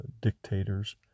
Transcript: dictators